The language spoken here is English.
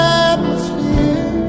atmosphere